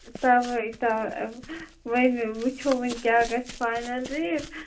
تَوے تَوے وۅنۍ وُچھو وۅنۍ کیٛاہ گَژھِ فاینل ریٹ